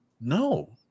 no